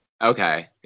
Okay